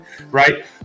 right